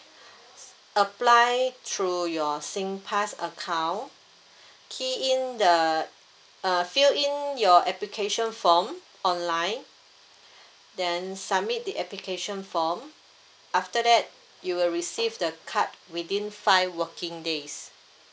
s~ apply through your singpass account key in the uh fill in your application form online then submit the application form after that you will receive the card within five working days